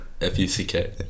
F-U-C-K